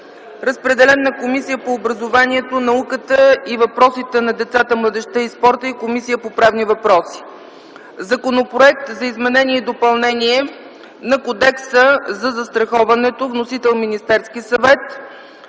разпределен на Комисията по образованието, науката и въпросите на децата, младежта и спорта и на Комисията по правни въпроси. Законопроект за изменение и допълнение на Кодекса за застраховането. Вносител е Министерският съвет.